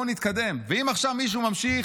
ואם עכשיו מישהו ממשיך